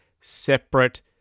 separate